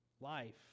Life